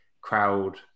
crowd